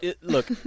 Look